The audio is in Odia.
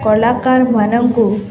କଳାକାରମାନଙ୍କୁ